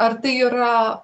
ar tai yra